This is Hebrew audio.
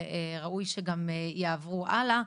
וראוי שזה יועבר הלאה.